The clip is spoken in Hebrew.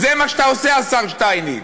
זה מה שאתה עושה, השר שטייניץ.